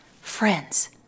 Friends